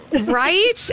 Right